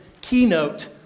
keynote